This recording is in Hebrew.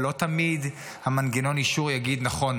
ולא תמיד מנגנון האישור יגיד: נכון,